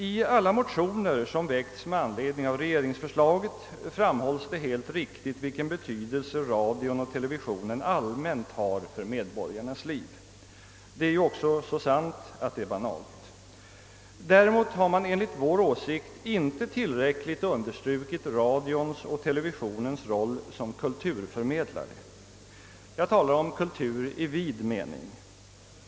I alla motioner som väckts med anledning av regeringsförslaget framhålles — helt riktigt — vilken betydelse radion och televisionen allmänt har för medborgarnas liv. Det är ju också så sant att det är banalt. Däremot har man enligt vår åsikt inte tillräckligt understrukit radions och televisionens roll som kulturförmedlare. Jag talar om kultur i vid mening.